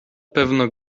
pewno